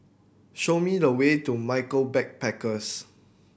show me the way to Michael Backpackers